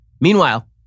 Meanwhile